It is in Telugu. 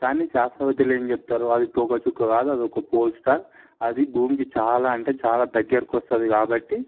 కానీ శాస్త్రవేత్తలు ఏం చెబుతారు అది తోకచుక్క కాదు అది ఒక పోల్స్టార్ అది భూమికి చాలా అంటే చాలా దగ్గిరకి వస్తుంది కాబట్టి